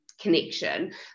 connection